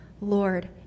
Lord